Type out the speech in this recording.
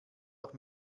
doch